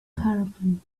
caravan